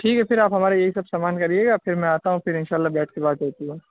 ٹھیک ہے پھر آپ ہمارا یہی سب سامان نکالیے گا پھر میں آتا ہوں پھر ان شاء اللہ بیٹھ کے بات ہوتی ہے